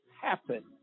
happen